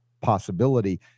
possibility